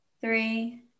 three